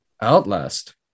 Outlast